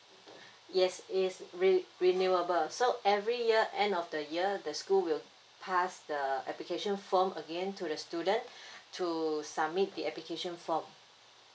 yes is re~ renewable so every year end of the year the school will pass the application form again to the student to submit the application form